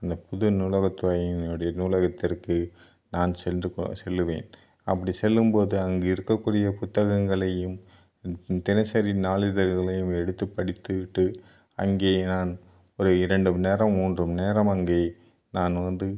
இந்த பொது நூலகத்துறையினுடைய நூலகத்திற்கு நான் சென்று பா சொல்லுவேன் அப்படி செல்லும் போது அங்க இருக்கக்கூடிய புத்தகங்களையும் தினசரி நாளிதல்களையும் எடுத்து படித்துவிட்டு அங்கே நான் ஒரு இரண்டு மணி நேரம் மூன்று மணி நேரம் அங்கே நான் வந்து